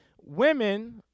Women